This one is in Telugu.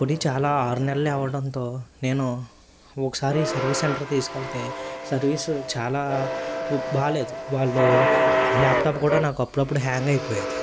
కొన్ని చాలా ఆరు నెలలే అవ్వడంతో నేను ఒకసారి సర్వీస్ సెంటర్ తీసుకెళ్తే సర్వీసు చాలా బాలేదు వాళ్ళు ల్యాప్టప్ కూడా నాకు అప్పుడప్పుడు హ్యాంగ్ అయిపోయేది